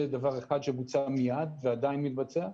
זה דבר אחד שבוצע מיד ועדיין מתבצע.